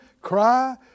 cry